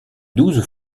douze